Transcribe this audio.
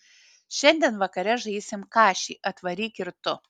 šiandien vakare žaisim kašį atvaryk ir tu